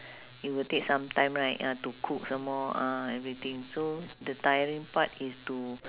it will take some time right ah to cook some more uh everything so the tiring part is to